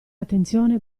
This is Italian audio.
attenzione